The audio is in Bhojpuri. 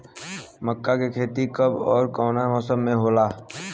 मका के खेती कब ओर कवना मौसम में होला?